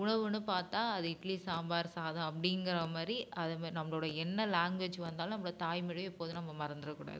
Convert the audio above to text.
உணவுனு பார்த்தா அது இட்லி சாம்பார் சாதம் அப்டிங்கிறா மாதிரி அதே மாதிரி நம்மளோடய என்ன லாங்குவேஜ் வந்தாலும் நம்மளோடய தாய் மொழி எப்போதும் நம்ம மறந்துடக் கூடாது